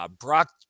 Brock